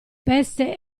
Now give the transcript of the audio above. peste